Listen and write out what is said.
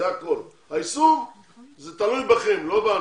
זה הכול, היישום תלוי בכם, לא בנו.